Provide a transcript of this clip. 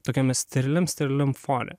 tokiame steriliam steriliam fone